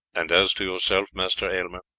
and as to yourself, master aylmer?